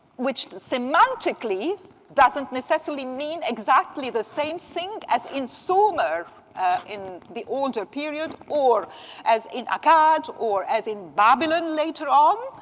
which semantically doesn't necessarily mean exactly the same thing as in sumer in the older period, or as in acad or as in babylon later on.